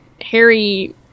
Harry